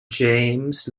james